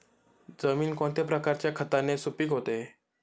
जमीन कोणत्या प्रकारच्या खताने सुपिक होते?